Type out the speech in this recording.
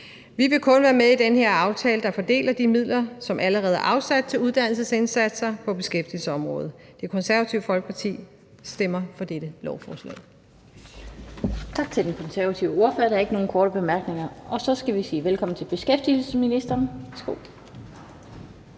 Vi vil kun være med i den her aftale, der fordeler de midler, som allerede er afsat til uddannelsesindsatser på beskæftigelsesområdet. Det Konservative Folkeparti stemmer for dette lovforslag. Kl. 16:54 Den fg. formand (Annette Lind): Tak til den konservative ordfører. Der er ikke nogen korte bemærkninger. Og så skal vi sige velkommen til beskæftigelsesministeren.